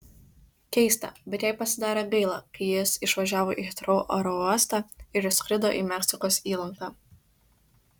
keista bet jai pasidarė gaila kai jis išvažiavo į hitrou aerouostą ir išskrido į meksikos įlanką